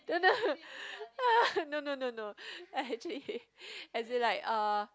no no no no no no actually as in like uh